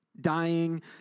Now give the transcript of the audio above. Dying